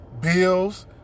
bills